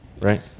right